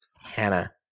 Hannah